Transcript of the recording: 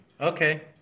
Okay